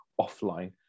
offline